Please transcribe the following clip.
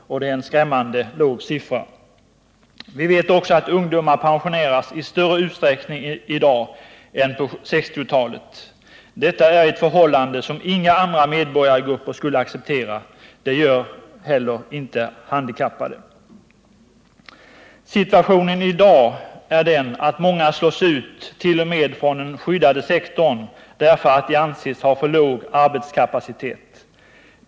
Det är en skrämmande låg siffra. Vi vet också att ungdomar pensioneras i större utsträckning i dag än på 1960-talet. Det är ett förhållande som inga andra medborgargrupper skulle acceptera. Det gör inte heller de handikappade. Situationen i dag är den att många slås ut, t.o.m. från den skyddade sektorn, därför att de anses ha för låg arbetskapacitet.